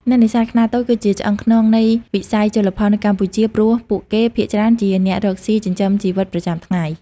អ្នកនេសាទខ្នាតតូចគឺជាឆ្អឹងខ្នងនៃវិស័យជលផលនៅកម្ពុជា ព្រោះពួកគេភាគច្រើនជាអ្នករកស៊ីចិញ្ចឹមជីវិតប្រចាំថ្ងៃ។